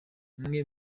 umwe